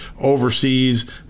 overseas